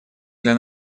для